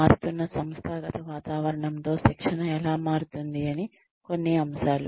మారుతున్న సంస్థాగత వాతావరణంతో శిక్షణ ఎలా మారుతుంది అని కొన్ని అంశాలు